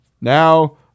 Now